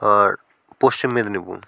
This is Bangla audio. আর পশ্চিম মেদিনীপুর